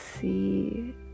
see